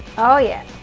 oh yeah,